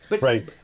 Right